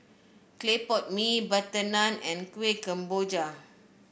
Clay Pot Mee butter naan and Kuih Kemboja